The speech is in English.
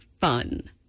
fun